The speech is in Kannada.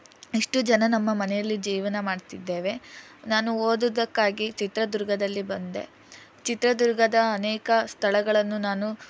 ಇಷ್ಟು ಜನ ನಮ್ಮ ಮನೆಯಲ್ಲಿ ಜೀವನ ಮಾಡ್ತಿದ್ದೇವೆ ನಾನು ಓದೋದಕ್ಕಾಗಿ ಚಿತ್ರದುರ್ಗದಲ್ಲಿ ಬಂದೆ ಚಿತ್ರದುರ್ಗದ ಅನೇಕ ಸ್ಥಳಗಳನ್ನು ನಾನು